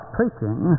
preaching